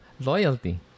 loyalty